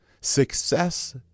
success